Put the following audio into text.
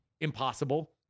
impossible